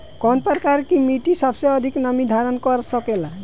कौन प्रकार की मिट्टी सबसे अधिक नमी धारण कर सकेला?